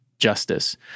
Justice